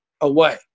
away